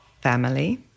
family